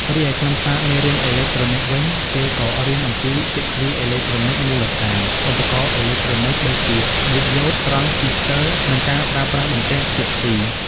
រីឯខ្លឹមសារមេរៀនអេឡិចត្រូនិចវិញ គេក៏រៀនអំពីសៀគ្វីអេឡិចត្រូនិចមូលដ្ឋាន ឧបករណ៍អេឡិចត្រូនិចដូចជា ឌីយ៉ូត ត្រង់ស៊ីស្ទ័រ និងការប្រើប្រាស់បន្ទះសៀគ្វី។